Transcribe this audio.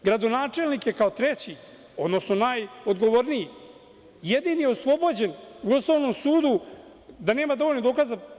Gradonačelnik je kao treći, odnosno najodgovorniji jedini oslobođen u osnovnom sudu da nema dovoljno dokaza.